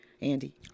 Andy